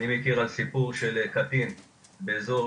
אני מכיר סיפור של קטין, באזור